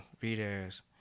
readers